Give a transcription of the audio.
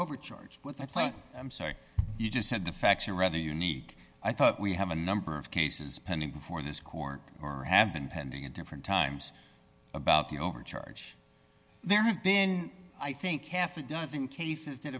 overcharged i'm sorry you just said the facts are rather unique i thought we have a number of cases pending before this court or have been pending at different times about the overcharge there have been i think half a dozen cases